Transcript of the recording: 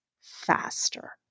faster